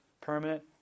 permanent